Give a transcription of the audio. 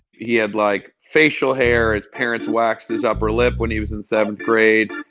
he had, like, facial hair. his parents waxed his upper lip when he was in seventh grade.